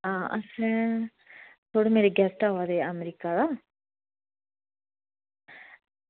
आं असें जेह्ड़े मेरे गेस्ट आवा दे अमेरिका दा